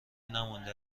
نمانده